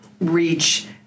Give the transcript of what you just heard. reach